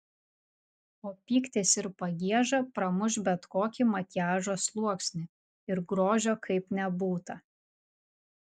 o pyktis ir pagieža pramuš bet kokį makiažo sluoksnį ir grožio kaip nebūta